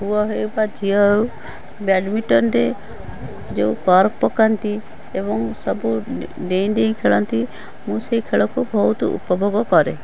ପୁଅ ହଉ ବା ଝିଅ ହଉ ବ୍ୟାଡ଼ମିଣ୍ଟନ୍ରେ ଯେଉଁ କର୍କ ପକାନ୍ତି ଏବଂ ସବୁ ଡେଇଁ ଡେଇଁ ଖେଳନ୍ତି ମୁଁ ସେଇ ଖେଳକୁ ବହୁତ ଉପଭୋଗ କରେ